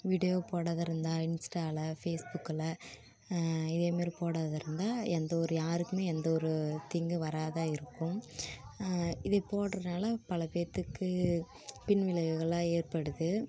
video போடாம இருந்தால் இன்ஸ்டாவில் ஃபேஸ்புக்கில் இதேமாதிரி போடாம இருந்தால் எந்த ஒரு யாருக்கும் எந்த ஒரு தீங்கும் வராம இருக்கும் இதை போட்றதுனால பல பேர்த்துக்கு பின் விளைவுகள்லாம் ஏற்படுது